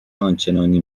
آنچنانی